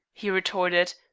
he retorted,